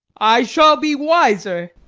i shall be wiser.